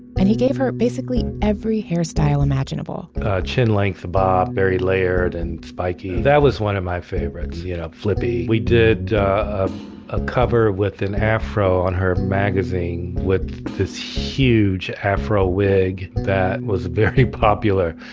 and he gave her basically every hairstyle imaginable a chin-length bob, very layered and spiky, that was one of my favorites, you know flippy. we did a cover with an afro on her magazine with this huge afro wig that was very popular.